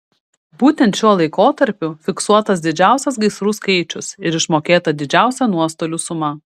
būtent šiuo laikotarpiu fiksuotas didžiausias gaisrų skaičius ir išmokėta didžiausia nuostolių suma